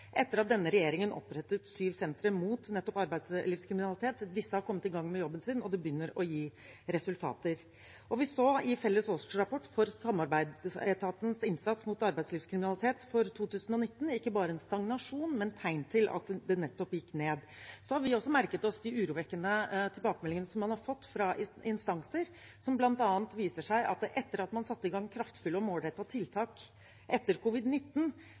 etter at denne regjeringen opprettet syv sentre mot nettopp arbeidslivskriminalitet. Disse har kommet i gang med jobben sin, og det begynner å gi resultater. Vi så i felles årsrapport for samarbeidsetatenes innsats mot arbeidslivskriminalitet for 2019 ikke bare en stagnasjon, men tegn til at det gikk ned. Vi har også merket oss de urovekkende tilbakemeldingene som man har fått fra instanser, som bl.a. viser at etter at man har satt i gang kraftfulle og målrettede tiltak etter